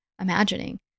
imagining